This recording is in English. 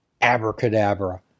abracadabra